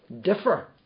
differ